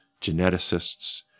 geneticists